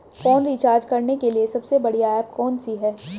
Phone recharge करने के लिए सबसे बढ़िया ऐप कौन सी है?